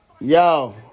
Yo